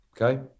Okay